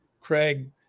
Craig